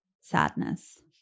sadness